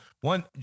One